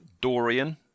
Dorian